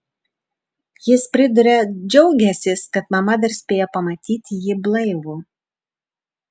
jis priduria džiaugiąsis kad mama dar spėjo pamatyti jį blaivų